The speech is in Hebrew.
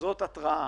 זאת התרעה.